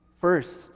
first